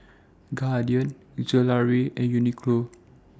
Guardian Gelare and Uniqlo